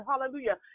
hallelujah